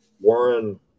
Warren